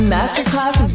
Masterclass